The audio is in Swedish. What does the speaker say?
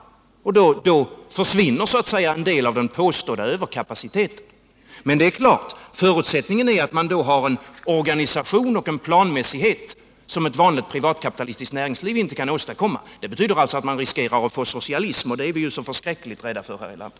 Då försvinner så att säga en del av den påstådda överkapaciteten. Men förutsättningarna är givetvis att man har en organisation och planmässighet som ett vanligt privatkapitalistiskt näringsliv inte kan åstadkomma. Det betyder att man riskerar att få socialism, och det är vi så förskräckligt rädda för här i landet!